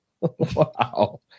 Wow